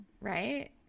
right